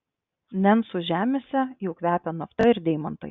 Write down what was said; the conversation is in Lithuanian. nencų žemėse jau kvepia nafta ir deimantais